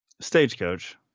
Stagecoach